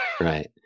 Right